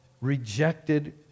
rejected